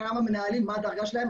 כמה מנהלים ומה הדרגה שלהם,